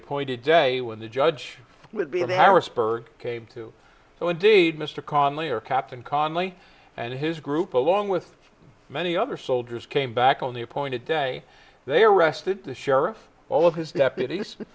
appointed day when the judge would be of harrisburg came too so indeed mr connolly or captain conley and his group along with many other soldiers came back on the appointed day they arrested the sheriff all of his deputies